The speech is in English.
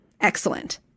Excellent